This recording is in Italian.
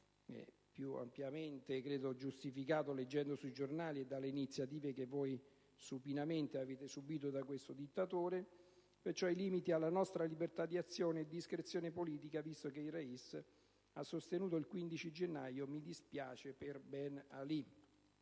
è ampiamente giustificata leggendo sui giornali e in base alle iniziative che voi supinamente avete subito da questo dittatore. Mi riferisco ai limiti alla nostra libertà d'azione e di discrezionalità politica, visto che il Rais ha sostenuto il 15 gennaio: «Mi dispiace per Ben Ali».